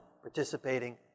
participating